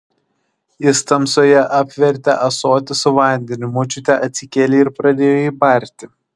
jis tamsoje apvertė ąsotį su vandeniu močiutė atsikėlė ir pradėjo jį barti